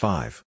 Five